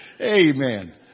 amen